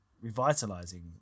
revitalizing